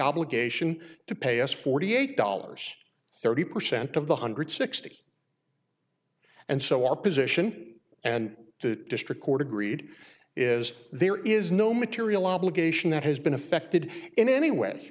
obligation to pay us forty eight dollars thirty percent of the hundred sixty and so our position and the district court agreed is there is no material obligation that has been affected in any way